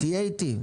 תהיה איתי.